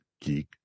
geek